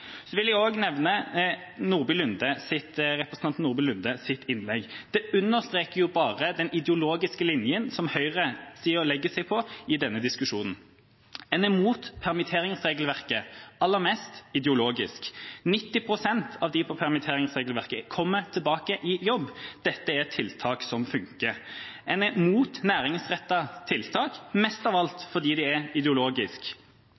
vil også nevne representanten Nordby Lundes innlegg. Det bare understreker den ideologiske linjen som høyresida legger seg på i denne diskusjonen. En er imot permitteringsregelverket – aller mest ut fra ideologi. 90 pst. av dem som omfattes av permitteringsregelverket, kommer tilbake i jobb. Dette er tiltak som funker. En er imot næringsrettede tiltak – mest av alt fordi